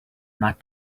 not